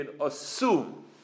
assume